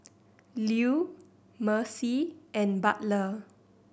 Lew Mercy and Butler